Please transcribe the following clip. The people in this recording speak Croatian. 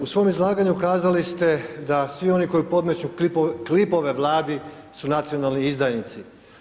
U svom izlaganju kazali ste da svi oni koji podmeću klipove Vladi su nacionalni izdajnici.